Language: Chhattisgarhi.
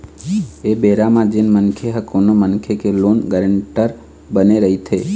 ऐ बेरा म जेन मनखे ह कोनो मनखे के लोन गारेंटर बने रहिथे